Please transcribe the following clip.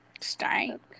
Stank